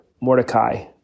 Mordecai